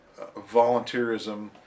volunteerism